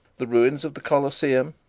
the ruins of the colosseum,